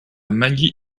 magny